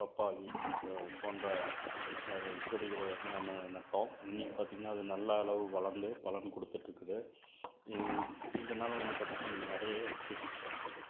பப்பாளி போன்ற செடிகளை வந்து நம்ம நட்டோம் இன்னைக்கி பார்த்திங்கனா அது நல்ல அளவு வளர்ந்து பலன் கொடுத்துட்ருக்குது இதனால் வந்து பார்த்திங்கனா எனக்கு நிறைய எக்ஸ்பீரியன்ஸ் கிடைச்சுது